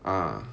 ah